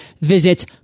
Visit